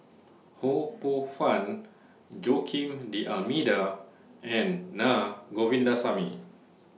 Ho Poh Fun Joaquim D'almeida and Na Govindasamy